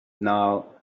now